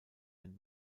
ein